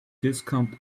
discount